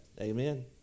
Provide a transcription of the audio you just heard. Amen